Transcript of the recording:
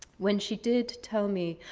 when she did tell me,